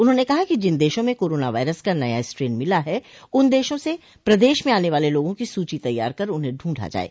उन्होंने कहा कि जिन देशों में कोरोना वायरस का नया स्ट्रेन मिला है उन देशों से प्रदेश में आने वाले लोगों की सूची तैयार कर उन्हें ढूंढा जाये